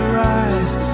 rise